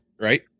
right